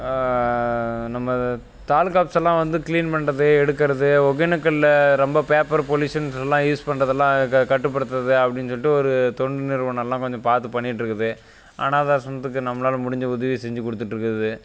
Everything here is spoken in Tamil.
நம்ம தாலுக்கா ஆஃபிஸ்ஸெல்லாம் வந்து க்ளீன் பண்ணுறது எடுக்கிறது ஒக்கேனக்கலில் ரொம்ப பேப்பர் பொலியூசனெல்லாம் யூஸ் பண்ணுறதெல்லாம் இதை கட்டுபடுத்துகிறது அப்படின் சொல்லிட்டு ஒரு தொண்டு நிறுவனம் எல்லாம் கொஞ்சம் பார்த்து பண்ணிகிட்ருக்குது அனாதை ஆசிரமத்துக்கு நம்மளால் முடிஞ்ச உதவியை செஞ்சு கொடுத்துட்ருக்கறது